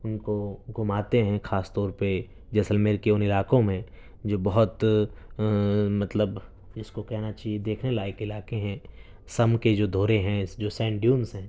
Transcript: ان کو گھماتے ہیں خاص طور پہ جیسلمیر کے ان علاقوں میں جو بہت مطلب جس کو کہنا چاہیے دیکھنے لائق علاقے ہیں سم کے جو دورے ہیں جو سین ڈیونس ہیں